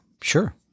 sure